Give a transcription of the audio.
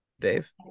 Dave